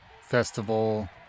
Festival